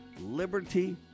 Liberty